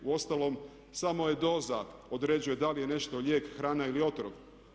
Uostalom, samo je doza određuje da li je nešto lijek, hrana ili otrov.